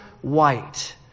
white